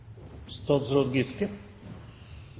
statsråd Giske